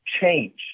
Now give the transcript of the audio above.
change